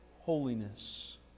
holiness